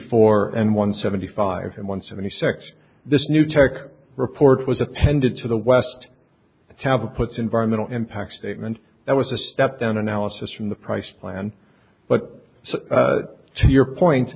four and one seventy five and one seventy six this new tech report was appended to the west have a puts environmental impact statement that was a step down analysis from the price plan but to your point